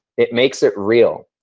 it makes it real.